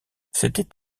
c’était